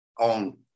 on